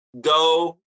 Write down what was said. go